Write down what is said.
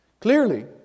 Clearly